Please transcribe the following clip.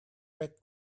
red